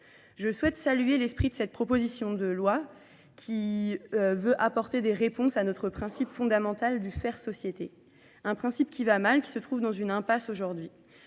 Je souhaite saluer l'esprit de cette proposition de loi qui veut apporter des réponses à notre principe fondamental du faire société. Un principe qui va mal, qui se trouve dans une impasse aujourd'hui.